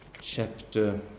chapter